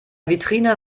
vitrine